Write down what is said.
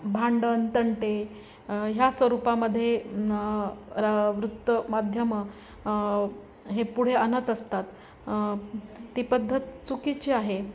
भांडण तंटे ह्या स्वरूपामध्ये वृत्त माध्यमं हे पुढे आणत असतात ती पद्धत चुकीची आहे